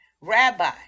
Rabbi